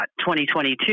2022